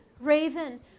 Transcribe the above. Raven